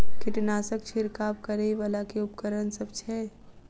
कीटनासक छिरकाब करै वला केँ उपकरण सब छै?